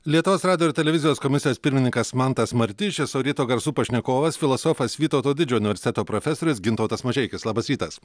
lietuvos radijo ir televizijos komisijos pirmininkas mantas martišius o ryto garsų pašnekovas filosofas vytauto didžiojo universiteto profesorius gintautas mažeikis labas rytas